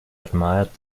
admired